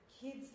kids